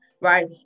Right